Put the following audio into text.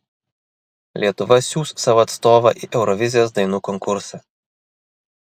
lietuva siųs savo atstovą į eurovizijos dainų konkursą